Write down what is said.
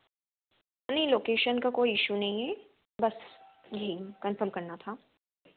नहीं लोकेशन का कोई इशू नहीं है बस जी कंफर्म करना था